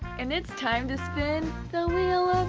and it's time to spin the wheel